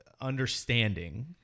understanding